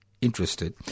interested